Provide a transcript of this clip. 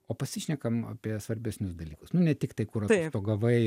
o pasišnekam apie svarbesnius dalykus nu ne tiktai kur atostogavai